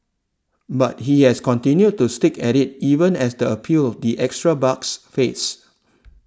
but he has continued to stick at it even as the appeal the extra bucks fades